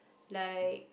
like